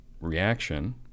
reaction